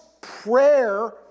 prayer